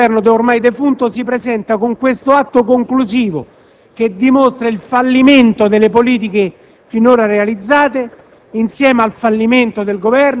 Oggi il Governo, ormai defunto, si presenta con questo atto conclusivo che dimostra il fallimento delle politiche finora realizzate,